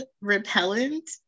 repellent